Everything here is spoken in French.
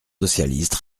socialiste